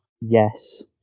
yes